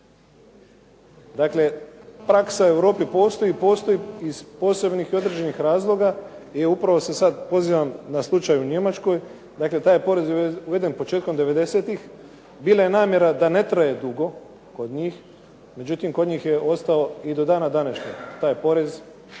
Dakle, praksa u Europi postoji, postoji iz posebnih i određenih razloga i upravo se sad pozivam na slučaj u Njemačkoj. Dakle, taj porez je uveden početkom '90.-tih. Bila je namjera da ne traje dugo kod njih, međutim kod njih je ostao i do dana današnjeg taj porez